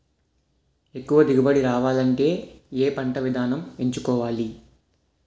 ఎక్కువ దిగుబడి రావాలంటే ఏ పంట విధానం ఎంచుకోవాలి?